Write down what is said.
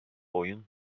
oyun